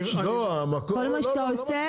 כל מה שאתה עושה,